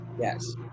Yes